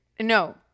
No